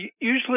Usually